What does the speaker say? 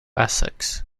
essex